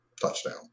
touchdown